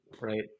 right